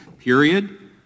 period